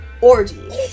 orgies